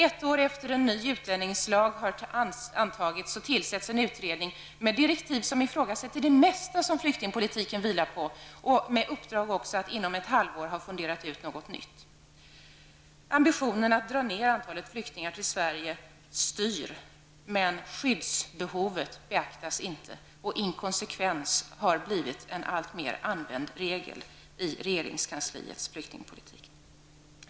Ett år efter det att en ny utlänningslag har antagits tillsätts en utredning med direktiv där det mesta som flyktingpolitiken vilar på ifrågasätts och med uppdrag att ha funderat ut något nytt inom ett halvår. Ambitionen att dra ned antalet flyktingar till Sverige styr, men skyddsbehovet beaktas inte. Inkonsekvens har blivit en alltmer använd regel i regeringskansliets flyktingpolitik.